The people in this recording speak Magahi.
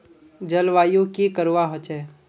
जलवायु की करवा होचे?